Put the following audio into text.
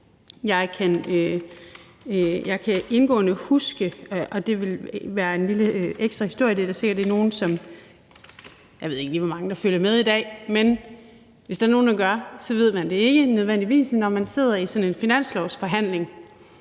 Jeg kan indgående huske noget, som vil være en lille ekstra historie her: Jeg ved ikke lige, hvor mange der følger med i dag, men hvis der er nogen, der gør, kan jeg sige, at de ikke nødvendigvis ved, at man, når man sidder i sådan en finanslovsforhandling,